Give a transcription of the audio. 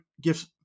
give